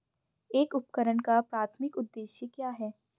एक उपकरण का प्राथमिक उद्देश्य क्या है?